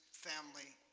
family,